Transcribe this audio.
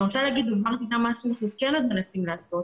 אני רוצה להגיד --- אנחנו כן עוד מנסים לעשות.